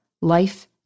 Life